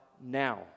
now